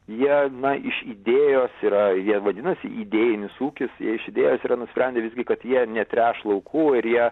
jie na iš idėjos yra jie vadinasi idėjinis ūkis jie iš idėjos yra nusprendę visgi kad jie netręš laukų ir jie